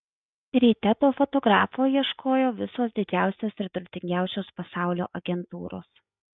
ryte to fotografo ieškojo visos didžiausios ir turtingiausios pasaulio agentūros